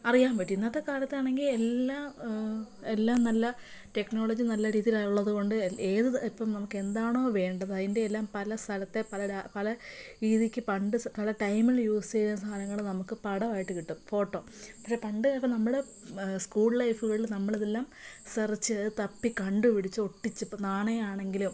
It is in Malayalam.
അറിയാൻ പറ്റും ഇന്നത്തെ കാലത്താണെങ്കിൽ എല്ലാം എല്ലാ നല്ല ടെക്നോളജി നല്ല രീതിയിൽ ഉള്ളതുകൊണ്ട് ഏത് ഇപ്പം നമുക്ക് എന്താണോ വേണ്ടത് അതിൻ്റെ എല്ലാം പല സ്ഥലത്തെ പല രാജ് പല രീതിക്ക് പണ്ട് പല ടൈമിൽ യൂസ് ചെയ്ത സാധനങ്ങൾ നമുക്ക് പടമായിട്ട് കിട്ടും ഫോട്ടോ പക്ഷെ പണ്ടു കാലത്ത് നമ്മൾ സ്കൂൾ ലൈഫുകളിൽ നമ്മളിതെല്ലാം സെർച്ച് ചെയ്ത് തപ്പി കണ്ടുപിടിച്ച് ഒട്ടിച്ച് ഇപ്പോൾ നാണയമാണെങ്കിലോ